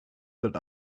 that